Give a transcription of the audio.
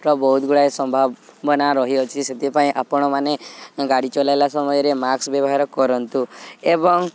ର ବହୁତ ଗୁଡ଼ାଏ ସମ୍ଭାବନା ରହିଅଛି ସେଥିପାଇଁ ଆପଣମାନେ ଗାଡ଼ି ଚଲେଇଲା ସମୟରେ ମାସ୍କ ବ୍ୟବହାର କରନ୍ତୁ ଏବଂ